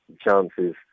chances